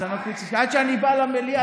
אז עד שאני בא למליאה,